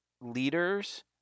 leaders